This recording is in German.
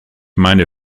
meine